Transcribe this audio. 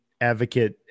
advocate